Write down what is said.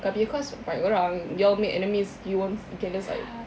kau punya course banyak orang y'all make enemies you won't you can just like